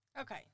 Okay